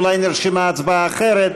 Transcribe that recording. אולי נרשמה הצבעה אחרת,